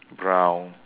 brown